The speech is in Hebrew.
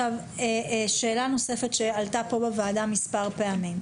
שאלה נוספת שעלתה כאן בוועדה מספר פעמים: